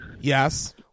Yes